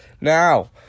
Now